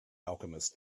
alchemist